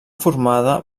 formada